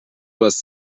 was